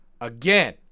again